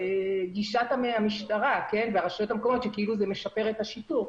לגישת המשטרה והרשויות המקומיות שכאילו זה משפר את השיטור.